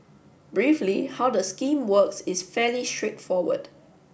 briefly how the scheme works is fairly straightforward